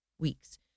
weeks